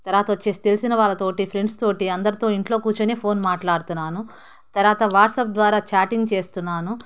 తరువాత వచ్చేసి తెలిసిన వాళ్ళతో ఫ్రెండ్స్తో అందరితో ఇంట్లో కూర్చొనే ఫోన్ మాట్లాడుతున్నాను తరువాత వాట్సాప్ ద్వారా చాటింగ్ చేస్తున్నాను